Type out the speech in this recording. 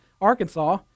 Arkansas